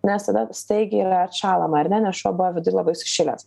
nes tada staigiai atšąlama ar ne nes šuo buvo viduj labai sušilęs